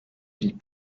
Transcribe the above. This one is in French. vie